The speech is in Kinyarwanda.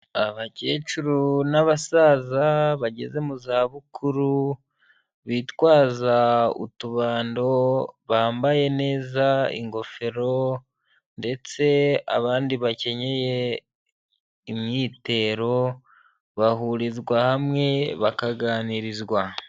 Abakecuru n'abasaza bageze mu za bukuru bitwaza utubando bambaye neza ingofero ndetse abandi bakenyeye imyitero bahurizwa hamwe bakaganirizwa.